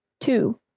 Two